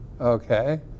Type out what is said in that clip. Okay